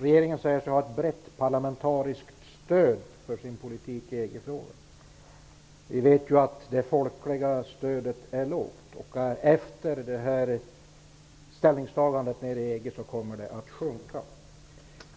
Regeringen säger att man har ett brett parlamentariskt stöd för sin politik i EG-frågan. Vi vet att det folkliga stödet är lågt, och efter det ställningstagande som skall ske i EG kommer stödet att sjunka.